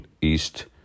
East